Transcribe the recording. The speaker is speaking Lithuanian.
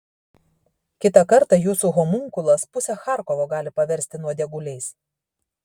kitą kartą jūsų homunkulas pusę charkovo gali paversti nuodėguliais